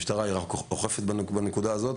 היא רק אוכפת את הנקודה הזאת.